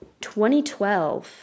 2012